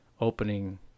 opening